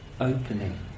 opening